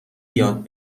یاد